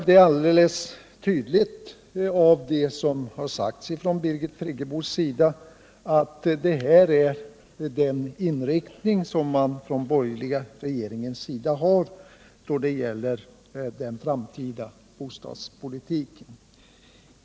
Det framgår av det som Birgit Friggebo sagt alldeles tydligt att detta är den inriktning som den borgerliga regeringen har då det gäller den framtida bostadspolitiken.